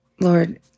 Lord